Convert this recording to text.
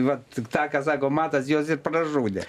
va tik tą ką sako matas juos ir pražudė